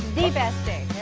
the best day.